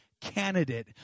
candidate